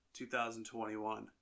2021